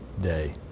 day